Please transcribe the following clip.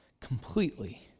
completely